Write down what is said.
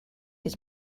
his